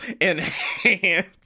enhance